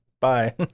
bye